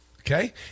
Okay